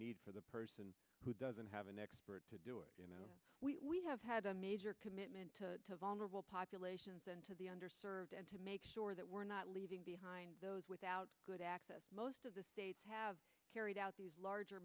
need for the person who doesn't have an expert to do it you know we have had a major commitment to vulnerable populations into the under served and to make sure that we're not leaving behind those without good access most of the states have carried out these larger